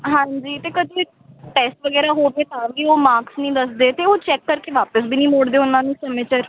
ਹਾਂਜੀ ਅਤੇ ਕਦੀ ਟੈਸਟ ਵਗੈਰਾ ਹੋਵੇ ਤਾਂ ਵੀ ਉਹ ਮਾਕਸ ਨਹੀਂ ਦੱਸਦੇ ਤਾਂ ਵੀ ਉਹ ਚੈੱਕ ਕਰਕੇ ਵਾਪਿਸ ਵੀ ਨਹੀਂ ਮੋੜਦੇ ਉਨ੍ਹਾਂ ਨੂੰ ਸਮੇਂ ਸਿਰ